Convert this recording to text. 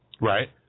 right